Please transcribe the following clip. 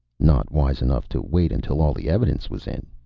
not wise enough to wait until all the evidence was in,